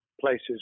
places